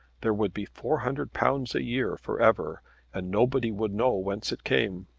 there would be four hundred pounds a year for ever and nobody would know whence it came.